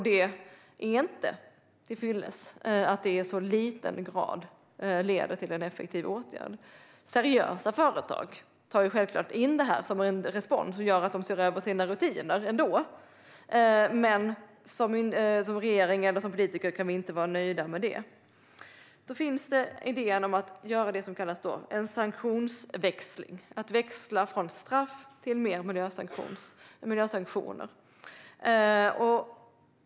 Det är inte till fyllest att det i en så låg grad leder till en effektiv åtgärd. Seriösa företag tar självklart in detta som en respons och ser över sina rutiner. Men vi i regeringen eller vi som politiker kan inte vara nöjda med det. Då finns idén om att göra det som kallas för en sanktionsväxling: att växla från straff till miljösanktioner.